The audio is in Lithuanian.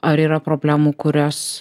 ar yra problemų kurias